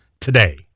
today